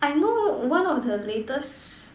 I know one of the latest